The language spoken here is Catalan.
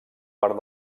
part